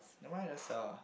never mind just sell lah